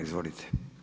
Izvolite.